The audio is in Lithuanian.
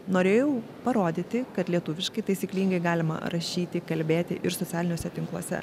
norėjau parodyti kad lietuviškai taisyklingai galima rašyti kalbėti ir socialiniuose tinkluose